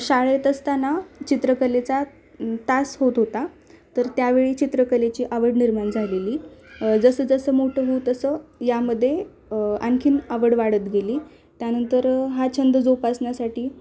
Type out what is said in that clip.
शाळेत असताना चित्रकलेचा तास होत होता तर त्यावेळी चित्रकलेची आवड निर्माण झालेली जसं जसं मोठं होऊ तसं यामध्ये आणखी आवड वाढत गेली त्यानंतर हा छंद जोपासण्यासाठी